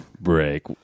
break